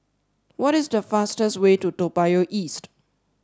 what is the fastest way to Toa Payoh East